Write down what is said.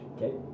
Okay